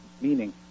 Meaning